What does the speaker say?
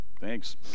Thanks